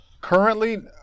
currently